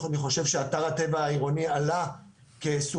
אני חושב שאתר הטבע העירוני עלה כסוגיה,